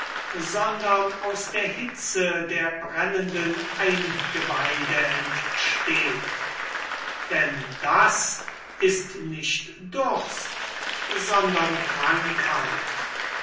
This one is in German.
sondern aus der hitze der brennenden eingeweide entsteht denn das ist nicht durst sondern krankheit